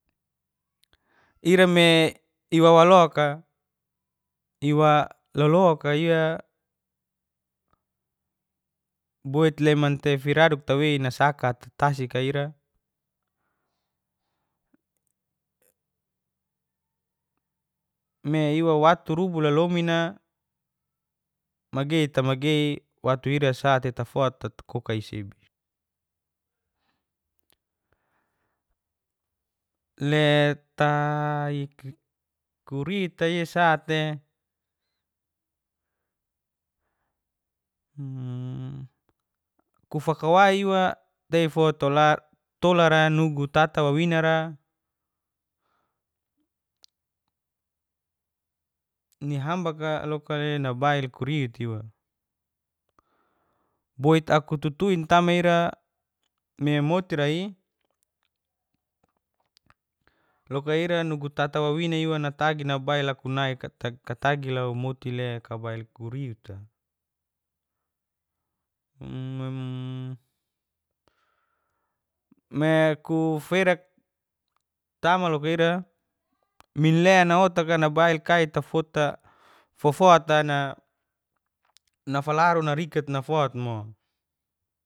Iremi iwa waluoka iwa laluokaia. Boit leman tewiraduk tawi inasakat tasika ira me iwawa watu rubula lomina magei ta magei watu ira tafot takokai sebi. Le kurita iasate. Kufakwai iwa tolara nugu tata wawinara ni hambaka loka le nabair kurit iwa. Boit aku tutuin tama ira me motirai loka ira nugu tata wawina iwa natagi nabail akunai katagati ni moti le kabail kurita. me kuferak tama loka ira minlena otak nabail kai tafota fofota nafalaru narikat nafotmo.